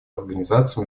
организации